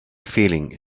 feeling